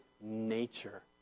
nature